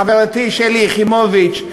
חברתי שלי יחימוביץ,